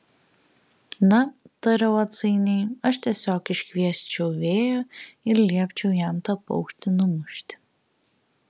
na tariau atsainiai aš tiesiog iškviesčiau vėją ir liepčiau jam tą paukštį numušti